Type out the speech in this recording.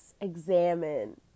examine